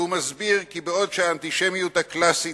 והוא מסביר כי בעוד האנטישמיות הקלאסית